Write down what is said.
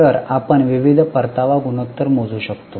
तर आपण विविध परतावा गुणोत्तर मोजू शकतो